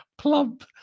plump